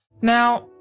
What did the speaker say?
Now